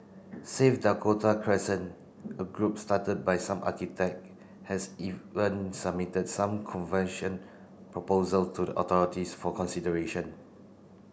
save Dakota Crescent a group started by some architect has even submitted some convention proposal to the authorities for consideration